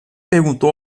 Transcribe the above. perguntou